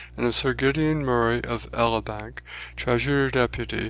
and of sir gideon murray of enbank, treasurer-depute,